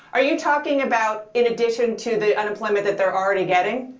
are you talking about in addition to the unemployment that they are already getting?